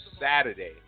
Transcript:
Saturday